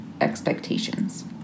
expectations